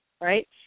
right